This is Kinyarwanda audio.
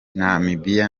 namibia